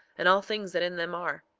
and all things that in them are.